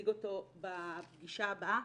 להציג אותו בפגישה הבאה.